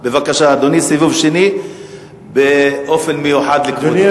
בבקשה, אדוני, סיבוב שני, באופן מיוחד לכבודו.